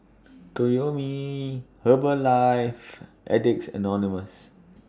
Toyomi Herbalife Addicts Anonymous